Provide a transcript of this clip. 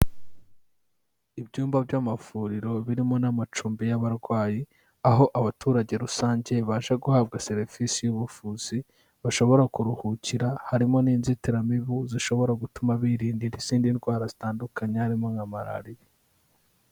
Ibyumba by'amavuriro birimo n'amacumbi y'abarwayi, aho abaturage rusange baje guhabwa serivisi y'ubuvuzi, bashobora kuruhukira, harimo n'inzitiramibu zishobora gutuma birinda izindi ndwara zitandukanye, harimo nka malariya.